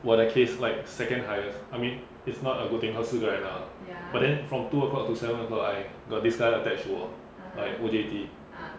我的 case like second highest I mean it's not a good thing cause 四个人 lah but then from two o'clock to seven o'clock I got this guy attach to 我 like O_D_T